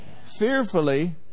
fearfully